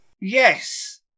Yes